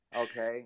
okay